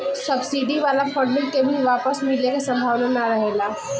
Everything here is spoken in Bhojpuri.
सब्सिडी वाला फंडिंग के भी वापस मिले के सम्भावना ना रहेला